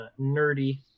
nerdy